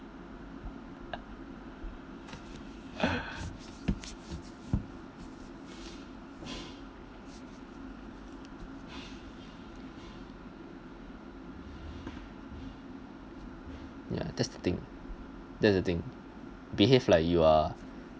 ya that's the thing that's the thing behave like you are